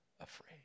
afraid